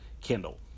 Kindle